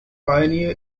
pioneer